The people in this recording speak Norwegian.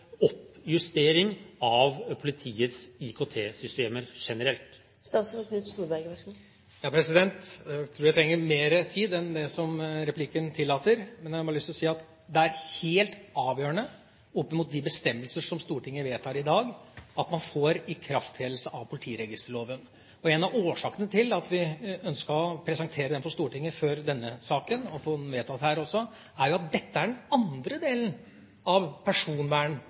oppjustering av politiets IKT-systemer generelt? Jeg tror jeg trenger mer tid enn det tiden for replikker tillater. Jeg har bare lyst til å si at det er helt avgjørende for de bestemmelser som Stortinget vedtar i dag, at man får ikrafttredelse av politiregisterloven. En av årsakene til at vi ønsket å presentere den for Stortinget før denne saken og også få den vedtatt her, er jo at dette er den andre delen av